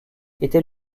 était